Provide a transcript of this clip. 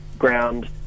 ground